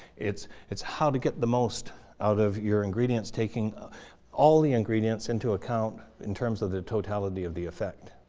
it's it's how do get the most out of your ingredients taking all the ingredients into account in terms of the totality of the effect.